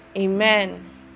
Amen